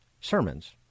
sermons